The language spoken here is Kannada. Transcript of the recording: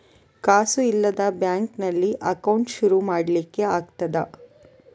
ಕಾಸು ಇಲ್ಲದ ಬ್ಯಾಂಕ್ ನಲ್ಲಿ ಅಕೌಂಟ್ ಶುರು ಮಾಡ್ಲಿಕ್ಕೆ ಆಗ್ತದಾ?